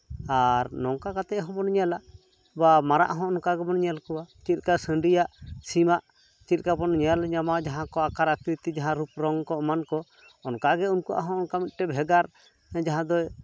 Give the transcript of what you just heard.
ᱟᱨ ᱱᱚᱝᱠᱟ ᱠᱟᱛᱮᱜ ᱦᱚᱸᱵᱚᱱ ᱧᱮᱞᱟ ᱵᱟ ᱢᱟᱨᱟᱜ ᱦᱚᱸ ᱚᱱᱠᱟ ᱜᱮᱵᱚᱱ ᱧᱮᱞ ᱠᱚᱣᱟ ᱪᱮᱫ ᱞᱮᱠᱟ ᱥᱟᱺᱰᱤᱭᱟᱜ ᱥᱤᱢᱟᱜ ᱪᱮᱫ ᱞᱮᱠᱟᱵᱚᱱ ᱧᱮᱞ ᱧᱟᱢᱟ ᱡᱟᱦᱟᱸ ᱠᱚ ᱟᱠᱟᱨ ᱟᱠᱠᱨᱤᱛᱤ ᱡᱟᱦᱟᱸ ᱨᱩᱯ ᱨᱚᱝ ᱠᱚ ᱮᱢᱟᱱ ᱠᱚ ᱚᱱᱠᱟᱜᱮ ᱩᱱᱠᱩᱣᱟᱜ ᱦᱚᱸ ᱚᱱᱠᱟ ᱢᱤᱫᱴᱮᱡ ᱵᱷᱮᱜᱟᱨ ᱡᱟᱦᱟᱸ ᱫᱚ